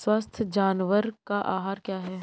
स्वस्थ जानवर का आहार क्या है?